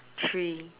three